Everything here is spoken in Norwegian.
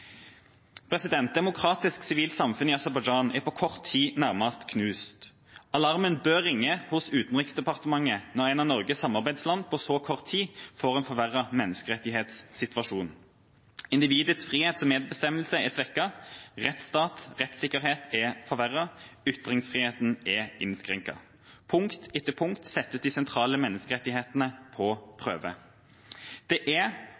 Demokratisk sivilt samfunn i Aserbajdsjan er på kort tid nærmest knust. Alarmen bør ringe hos Utenriksdepartementet når et av Norges samarbeidsland på så kort tid får en forverret menneskerettighetssituasjon. Individets frihet og medbestemmelse er svekket, rettsstat og rettssikkerhet er forverret, og ytringsfriheten er innskrenket. Punkt for punkt settes de sentrale menneskerettighetene på prøve. Det er